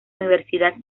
universidad